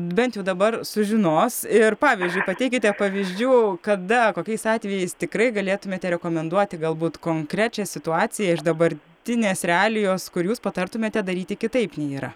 bent jau dabar sužinos ir pavyzdžiui pateikite pavyzdžių kada kokiais atvejais tikrai galėtumėte rekomenduoti galbūt konkrečią situaciją iš dabartinės realijos kur jūs patartumėte daryti kitaip nei yra